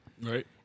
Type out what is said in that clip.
Right